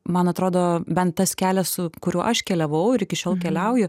man atrodo bent tas kelias su kuriuo aš keliavau ir iki šiol keliauju